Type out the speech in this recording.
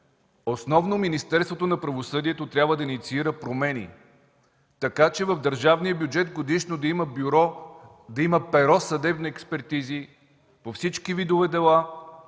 основно Министерството на правосъдието трябва да инициира промени, така че в държавния бюджет годишно да има перо „Съдебни експерти” по всички видове дела